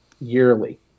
yearly